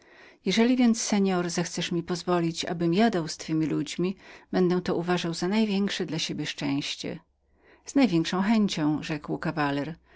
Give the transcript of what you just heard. jeżeli więc pan możesz mi pozwolić abym jadał z twemi ludźmi będę to uważał za największe dla siebie szczęście z największą chęcią rzekł kawaler